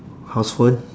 house phone